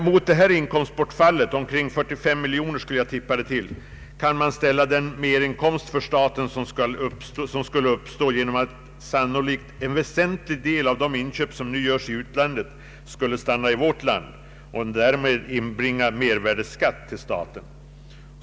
Mot detta inkomstbortfall på omkring 45 miljoner kan man ställa den merinkomst för staten som skulle uppstå genom att en väsentlig del av de inköp som nu görs i utlandet sannolikt skulle stanna i vårt land om punktskatten slopades och därmed inbringa mervärdeskatt till staten.